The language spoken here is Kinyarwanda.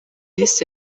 yise